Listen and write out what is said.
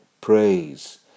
praise